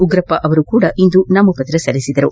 ಉಗ್ರಪ್ಪ ನಾಮಪತ್ರ ಸಲ್ಲಿಸಿದರು